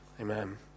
Amen